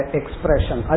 expression